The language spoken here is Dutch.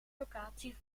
locatie